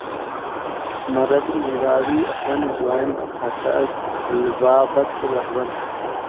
मरद मेहरारू आपन जॉइंट खाता खुलवावत हवन